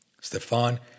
Stefan